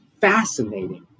fascinating